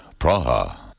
Praha